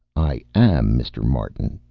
i am mr. martin,